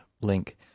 link